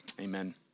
Amen